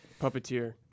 Puppeteer